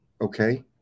okay